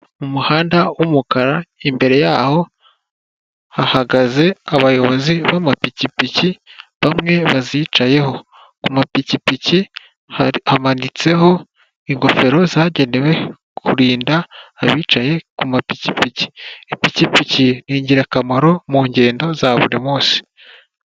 Mu muhanda w'umukara, imbere yaho hahagaze abayobozi b' amapikipiki bamwe bazicayeho; ku mapikipiki hamanitseho ingofero zagenewe kurinda abicaye ku mapikipiki. Ipikipiki n'ingirakamaro mu ngendo za buri munsi.